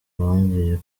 bongeye